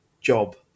job